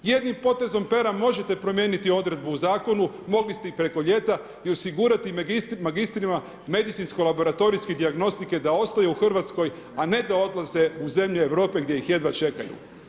Jednim potezom pera možete promijeniti odredbu u Zakonu, mogli ste i preko ljeta i osigurati magistrima medicinsko-laboratorijske dijagnostike da ostaju u RH, a ne da odlaze u zemlje Europe gdje ih jedva čekaju.